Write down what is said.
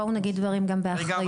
בואו נגיד דברים גם באחריות.